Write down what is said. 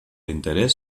interés